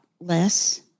less